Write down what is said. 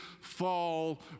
fall